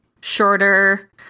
shorter